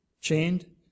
chained